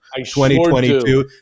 2022